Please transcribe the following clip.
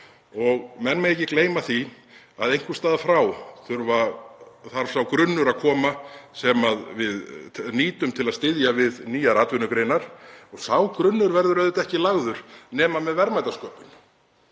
Menn mega ekki gleyma því að einhvers staðar frá þarf sá grunnur að koma sem við nýtum til að styðja við nýjar atvinnugreinar og sá grunnur verður auðvitað ekki lagður nema með verðmætasköpun.